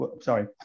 sorry